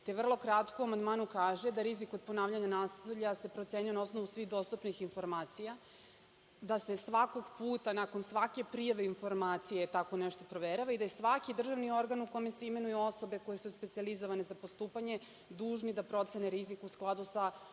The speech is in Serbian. te vrlo kratko u amandmanu kaže da rizik od ponavljanja nasilja se procenjuje na osnovu svih dostupnih informacija, da se svakog puta nakon svake prijave informacije tako nešto proverava i da svaki državni organ u kome se imenuju osobe, koje su specijalizovane za postupanje dužni da procene rizik u skladu sa